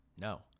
No